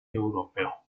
europeo